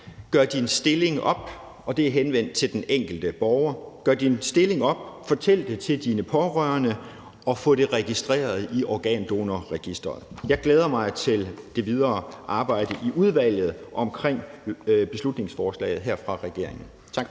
Gør din stilling op – og det er henvendt til den enkelte borger – fortæl det til dine pårørende, og få det registreret i Organdonorregisteret. Jeg glæder mig til det videre arbejde i udvalget med beslutningsforslaget her fra regeringen.